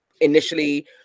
initially